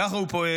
ככה הוא פועל.